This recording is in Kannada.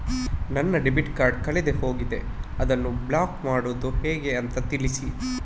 ನನ್ನ ಡೆಬಿಟ್ ಕಾರ್ಡ್ ಕಳೆದು ಹೋಗಿದೆ, ಅದನ್ನು ಬ್ಲಾಕ್ ಮಾಡುವುದು ಹೇಗೆ ಅಂತ ತಿಳಿಸಿ?